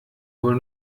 wohl